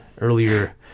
earlier